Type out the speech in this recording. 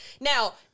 now